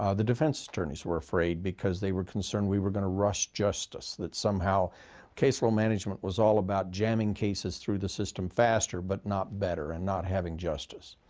ah the defense attorneys were afraid because they were concerned we were going to rush justice, that somehow caseflow management was all about jamming cases through the system faster but not better and not having justice.